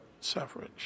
suffrage